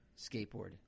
skateboard